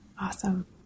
Awesome